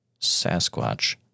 Sasquatch